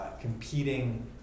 competing